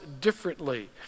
differently